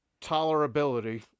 tolerability